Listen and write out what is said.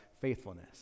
faithfulness